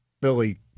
Billy